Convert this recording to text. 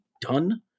done